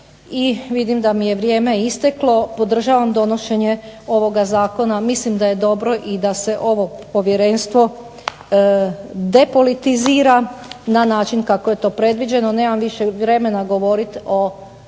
I vidim da mi je vrijeme isteklo, podržavam donošenje ovoga zakona. Mislim da je dobro i da se ovo povjerenstvo depolitizira na način kako je to predviđeno. Nemam više vremena govoriti o